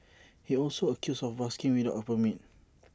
he also accused of busking without A permit